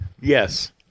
Yes